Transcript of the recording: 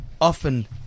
Often